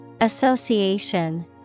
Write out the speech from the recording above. Association